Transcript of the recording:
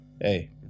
hey